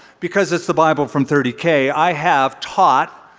because it's the bible from thirty k, i have taught